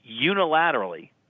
unilaterally